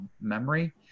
memory